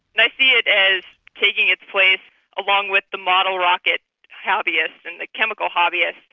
i see it as taking its place along with the model rocket hobbyist and the chemical hobbyist.